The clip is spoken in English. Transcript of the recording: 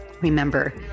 Remember